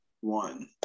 one